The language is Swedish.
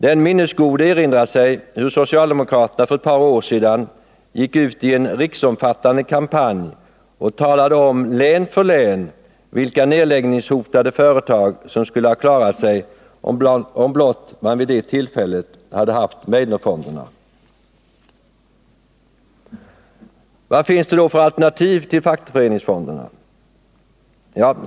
Den minnesgode erinrar sig hur socialdemokraterna för ett par år sedan gick ut i en riksomfattande kampanj och talade om län för län vilka nerläggningshotade företag som skulle ha klarat sig om blott man vid det tillfället hade haft Meidnerfonderna. Vad finns det då för alternativ till fackföreningsfonderna?